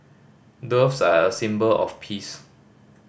doves are a symbol of peace